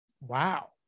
Wow